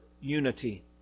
unity